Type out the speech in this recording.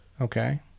Okay